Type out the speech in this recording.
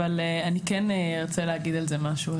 אבל אני כן ארצה להגיד על זה משהו.